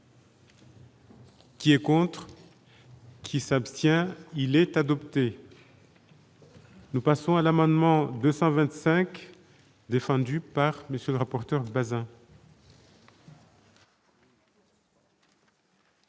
Qui est contre qui s'abstient, il est adopté. Nous passons à l'amendement 225 défendue par monsieur le rapporteur de